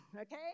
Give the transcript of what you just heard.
Okay